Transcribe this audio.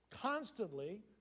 constantly